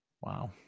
Wow